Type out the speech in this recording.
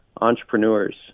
entrepreneurs